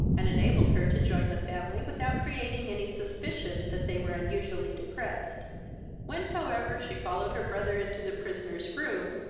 and enabled her to join the family without creating any suspicion that they were unusually depressed when however, she followed her brother into the prisoner's room,